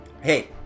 Hey